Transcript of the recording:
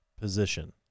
position